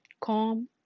calm